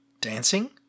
dancing